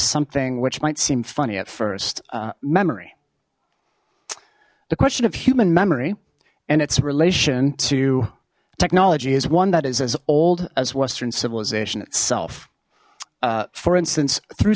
something which might seem funny at first memory the question of human memory and its relation to technology is one that is as old as western civilization itself for instance through